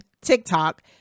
TikTok